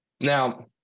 Now